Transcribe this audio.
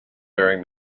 during